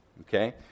okay